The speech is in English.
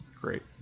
Great